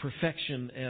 perfection